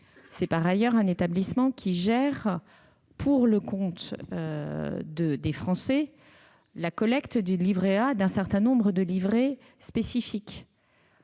Par ailleurs, c'est un établissement qui gère pour le compte des Français la collecte du livret A et d'un certain nombre de livrets spécifiques,